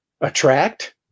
attract